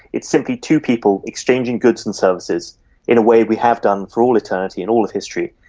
it's simply two people exchanging goods and services in a way we have done for all eternity and all of history,